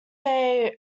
van